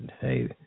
Hey